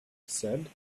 said